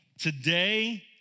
today